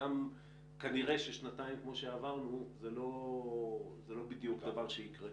כנראה ששנתיים כמו שעברנו זה לא בדיוק דבר שיקרה,